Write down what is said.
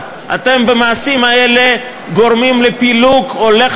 אתם במעשים האלה גורמים לפילוג הולך